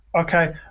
okay